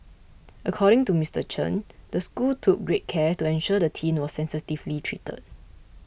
according to Mister Chen the school took great care to ensure the teen was sensitively treated